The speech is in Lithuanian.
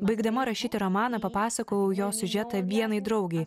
baigdama rašyti romaną papasakojau jo siužetą vienai draugei